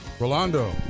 Rolando